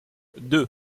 deux